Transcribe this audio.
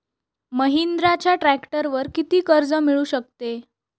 महिंद्राच्या ट्रॅक्टरवर किती कर्ज मिळू शकते?